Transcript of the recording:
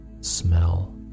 smell